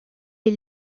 est